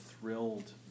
thrilled